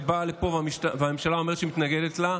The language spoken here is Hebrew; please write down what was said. שבאה לפה והממשלה אומרת שהיא מתנגדת לה,